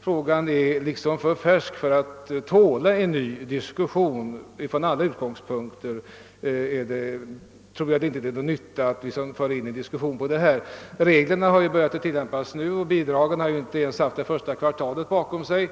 frågan är för färsk för att tåla en ny diskussion. Reglerna har nu börjat tillämpas, och bidragen har inte ens det första kvartalet bakom sig.